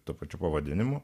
tuo pačiu pavadinimu